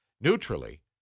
neutrally